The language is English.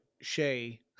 Shay